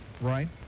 Right